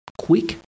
quick